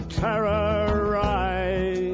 terrorize